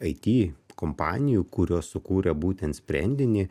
it kompanijų kurios sukūrė būtent sprendinį